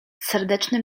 serdecznym